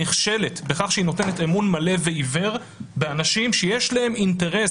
נכשלת בכך שהיא נותנת אמון מלא ועיוור באנשים שיש להם אינטרס,